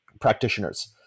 practitioners